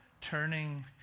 turning